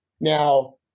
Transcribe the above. Now